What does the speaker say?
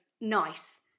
nice